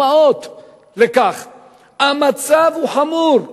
המצב חמור.